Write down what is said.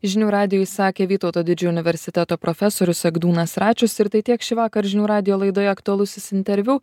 žinių radijui sakė vytauto didžiojo universiteto profesorius egdūnas račius ir tai tiek šį vakar žinių radijo laidoje aktualusis interviu